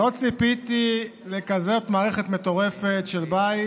ולא ציפיתי לכזאת מערכת מטורפת של בית